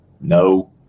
No